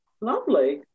Lovely